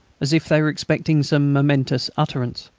as if they were expecting some momentous utterance.